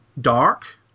dark